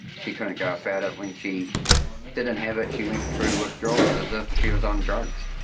she couldn't go without it. when she didn't have it she went through withdrawals as if she was on drugs.